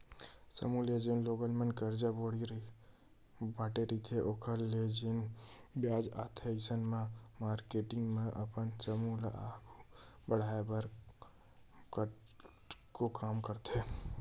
समूह ह जेन लोगन मन करजा बांटे रहिथे ओखर ले जेन बियाज आथे अइसन म मारकेटिंग मन अपन समूह ल आघू बड़हाय बर कतको काम करथे